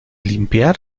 limpiar